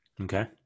Okay